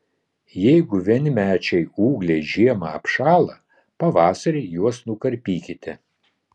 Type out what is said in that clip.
jeigu vienmečiai ūgliai žiemą apšąla pavasarį juos nukarpykite